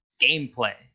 gameplay